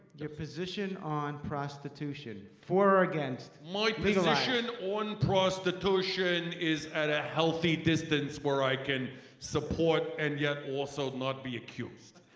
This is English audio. your position on prostitution for or against? my position on prostitution is at a healthy distance where i can support and yet also not be accused